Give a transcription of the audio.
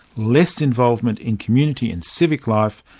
less involvement in community and civic life,